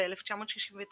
ב-1969